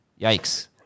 Yikes